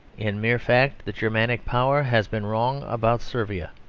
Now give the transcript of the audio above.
in mere fact, the germanic power has been wrong about servia,